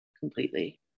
completely